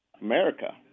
America